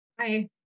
hi